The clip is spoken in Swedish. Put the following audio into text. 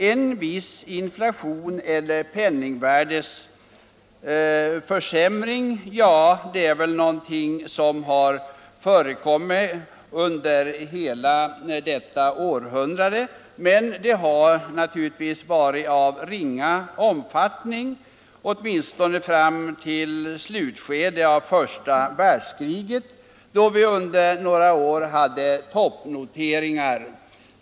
En viss inflation eller penningvärdeförsämring har väl förekommit under hela detta århundrade men naturligtvis i ringa omfattning —- åtminstone fram till slutskedet av första världskriget, då vi under några år hade toppnoteringar.